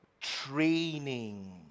Training